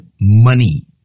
money